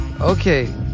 Okay